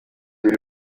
buri